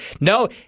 no